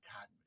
god